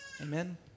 Amen